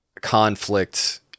conflict